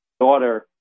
daughter